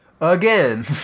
Again